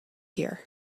here